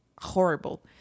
horrible